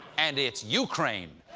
and it's ukraine.